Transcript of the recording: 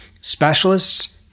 Specialists